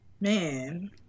Man